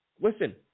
listen